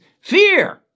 fear